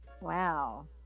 wow